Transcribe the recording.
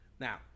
Now